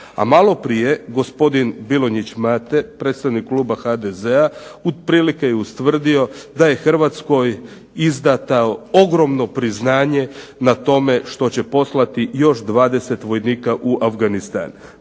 A malo prije gospodin Bilonjić Mate, predstavnik Kluba HDZ-a otprilike je utvrdio da je Hrvatskoj izdato ogromno priznanje o tome što će poslati još 20 vojnika u Afganistan.